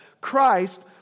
Christ